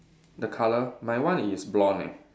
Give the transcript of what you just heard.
the colour my one is blonde leh